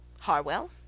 Harwell